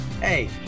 hey